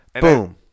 Boom